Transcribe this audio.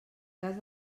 cas